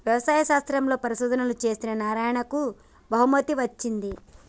వ్యవసాయ శాస్త్రంలో పరిశోధనలు చేసిన నారాయణకు బహుమతి వచ్చింది